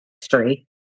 history